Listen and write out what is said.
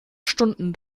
stunden